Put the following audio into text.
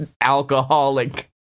alcoholic